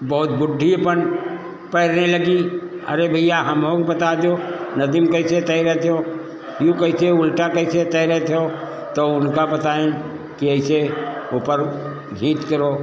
बहुत बुड्ढी अपन पैरने लगी अरे भइया हमहूं के बताए देओ नदी में कइसे तैरत हो यूं कैसे उल्टा कैसे तैरत हो तो उनका बताइन कि ऐसे ऊपर घीट करो